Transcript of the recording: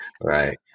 Right